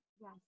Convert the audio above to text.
Yes